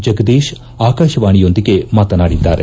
ಜಗದೀಶ್ ಆಕಾಶವಾಣಿಯೊಂದಿಗೆ ಮಾತನಾಡಿದ್ದಾರೆ